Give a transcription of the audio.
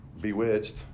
bewitched